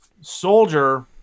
soldier